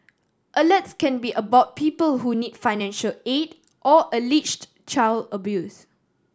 alerts can be about people who need financial aid or alleged child abuse